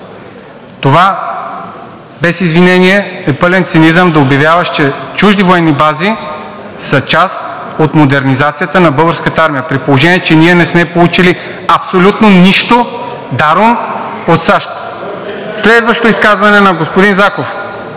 Това, без извинение, е пълен цинизъм – да обявяваш, че чужди военни бази са част от модернизацията на Българската армия, при положение че ние не сме получили абсолютно нищо даром от САЩ. Следващото изказване на господин Заков: